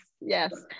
yes